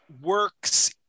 works